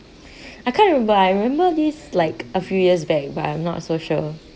I can't remember I remember this like a few years back but I am not so sure